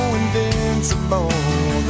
invincible